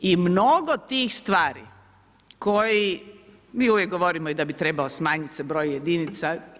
I mnogo tih stvari koji, mi uvijek govorimo i da bi trebao smanjiti se broj jedinica.